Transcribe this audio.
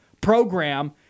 program